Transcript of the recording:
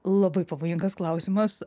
labai pavojingas klausimas